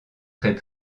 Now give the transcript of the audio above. très